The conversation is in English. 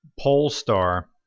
Polestar